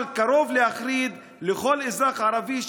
אבל קרוב להחריד לכל אזרח ערבי,